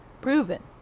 proven